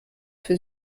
für